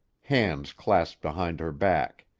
hands clasped behind her back.